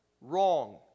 wrong